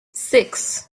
six